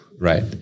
right